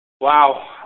Wow